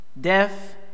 Death